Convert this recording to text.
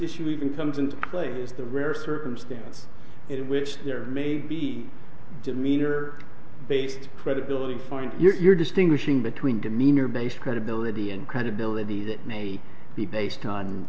issue even comes into play is the rare circumstance in which there may be demeanor based credibility find your distinguishing between demeanor based credibility and credibility that may be based on